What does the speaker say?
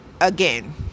again